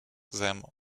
them